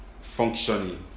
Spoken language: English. functioning